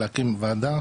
להקים וועדה,